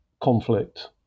conflict